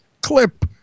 clip